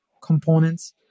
components